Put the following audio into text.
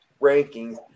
rankings